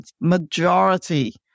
majority